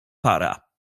para